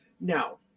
No